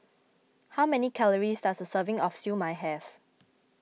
how many calories does a serving of Siew Mai have